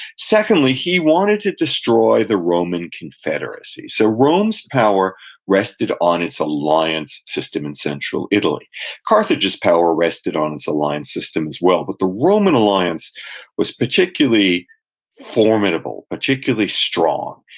secondly, he wanted to destroy the roman confederacy. so rome's power rested on its alliance system in central italy carthage's power rested on its alliance system as well, but the roman alliance was particularly formidable, particularly particularly strong.